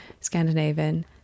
Scandinavian